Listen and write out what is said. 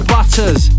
Butters